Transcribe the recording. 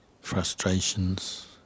frustrations